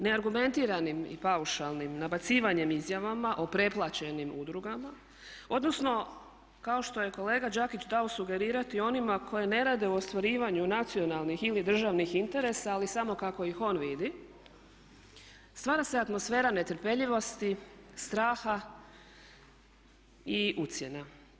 Neargumentiranim i paušalnim nabacivanjem izjavama o preplaćenim udrugama, odnosno kao što je kolega Đakić dao sugerirati onima koji ne rade u ostvarivanju nacionalnih ili državnih interesa ali samo kako ih on vidi stvara se atmosfera netrpeljivosti, straha i ucjena.